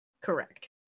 Correct